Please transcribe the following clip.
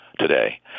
today